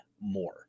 more